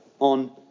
on